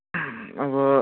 अब